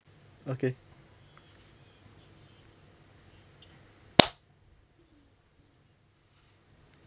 okay